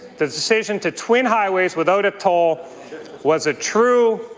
the decision to twin highways without a toll was a true,